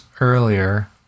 earlier